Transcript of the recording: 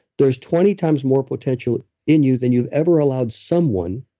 there's twenty times more potential in you than you've ever allowed someone